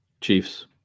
Chiefs